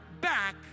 back